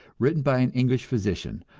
written by an english physician,